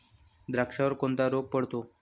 द्राक्षावर कोणता रोग पडतो?